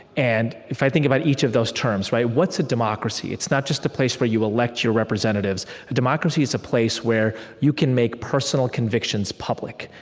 and if i think about each of those terms what's a democracy? it's not just a place where you elect your representatives. a democracy is a place where you can make personal convictions public.